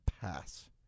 pass